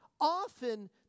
Often